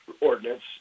ordinance